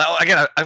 Again